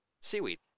seaweed